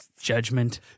Judgment